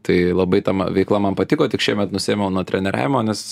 tai labai ta veikla man patiko tik šiemet nusiėmiau nuo treneriavimo nes